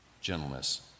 gentleness